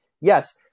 Yes